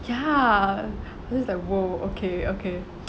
ya this is like !whoa! okay okay